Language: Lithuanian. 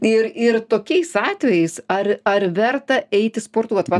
ir ir tokiais atvejais ar ar verta eiti sportuot va